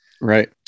Right